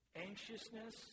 anxiousness